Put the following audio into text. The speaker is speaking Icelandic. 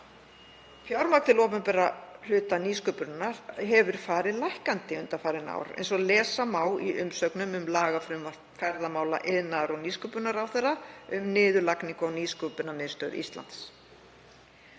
Fjármagn til opinbera hluta nýsköpunar hefur farið lækkandi undanfarin ár eins og lesa má um í umsögnum um lagafrumvarp ferðamála-, iðnaðar- og nýsköpunarráðherra um niðurlagningu á Nýsköpunarmiðstöð Íslands.